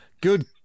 Good